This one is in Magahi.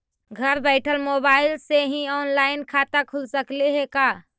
घर बैठल मोबाईल से ही औनलाइन खाता खुल सकले हे का?